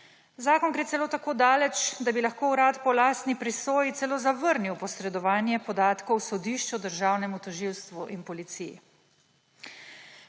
Zakon gre celo tako daleč, da bi lahko Urad po lastni presoji celo zavrnil posredovanje podatkov sodišču, Državnemu tožilstvu in Policiji.